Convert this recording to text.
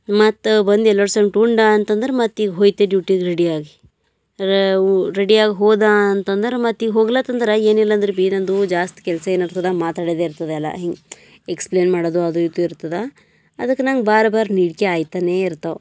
ಮತ್ತು ಬಂದು ಎಲ್ಲರ ಸಂಗ್ತಿ ಉಂಡ ಅಂತ ಅಂದ್ರೆ ಮತ್ತೆ ಈಗ ಹೋಯ್ತಿ ಡ್ಯೂಟಿಗೆ ರೆಡಿಯಾಗಿ ರೆಡಿಯಾಗಿ ಹೋದಾಂತ ಅಂದ್ರೆ ಮತ್ತೆ ಈಗ ಹೋಗ್ಲಾತು ಅಂದ್ರೆ ಏನಿಲ್ಲಾಂದ್ರೂ ಭೀ ನನ್ನದು ಜಾಸ್ತಿ ಕೆಲಸ ಏನು ಇರ್ತದೆ ಮಾತಾಡೋದೇ ಇರ್ತದೆ ಎಲ್ಲ ಹಿಂಗೆ ಎಕ್ಸ್ಪ್ಲೈನ್ ಮಾಡೋದು ಅದು ಇದು ಇರ್ತದೆ ಅದಕ್ಕೆ ನಂಗೆ ಬಾರ್ ಬಾರ್ ನೀರಡಿಕೆ ಆಯ್ತಾನೇ ಇರ್ತವೆ